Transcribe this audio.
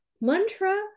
mantra